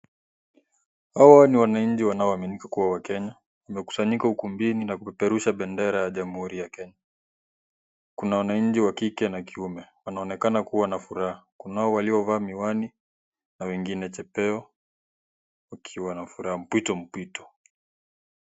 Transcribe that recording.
Hawa ni wananchi wanaoaminika kuwa wakenya, wamekusanyika ukumbini na kupeperusha bendera ya jamuhuri ya kenya. Kuna wananchi wa kike na kiume, wanaonekana kuwa na furaha. Kunao waliovaa miwani na wengine chepeo, wakiwa na furaha mpwito mpwito.